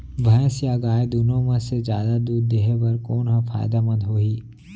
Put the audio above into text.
भैंस या गाय दुनो म से जादा दूध देहे बर कोन ह फायदामंद होही?